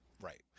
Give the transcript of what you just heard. Right